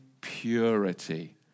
purity